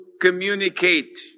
communicate